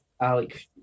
Alec